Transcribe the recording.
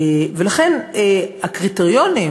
הקריטריונים,